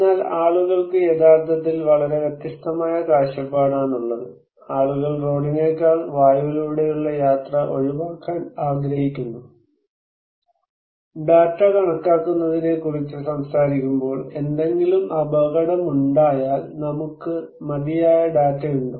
എന്നാൽ ആളുകൾക്ക് യഥാർത്ഥത്തിൽ വളരെ വ്യത്യസ്തമായ കാഴ്ചപ്പാടാണുള്ളത് ആളുകൾ റോഡിനേക്കാൾ വായുവിലൂടെയുള്ള യാത്ര ഒഴിവാക്കാൻ ആഗ്രഹിക്കുന്നു ഡാറ്റ കണക്കാക്കുന്നതിനെക്കുറിച്ച് സംസാരിക്കുമ്പോൾ എന്തെങ്കിലും അപകടമുണ്ടായാൽ നമുക്ക് മതിയായ ഡാറ്റ ഉണ്ടോ